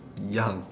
young